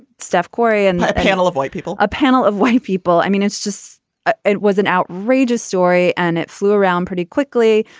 steph curry and a panel of white people. a panel of white people. i mean, it's just it was an outrageous story and it flew around pretty quickly.